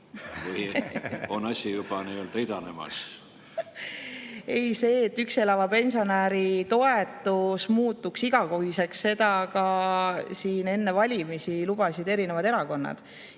või on asi juba nii-öelda idanemas. Ei. Seda, et üksi elava pensionäri toetus muutuks igakuiseks, lubasid ka enne valimisi erinevad erakonnad.